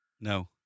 No